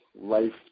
life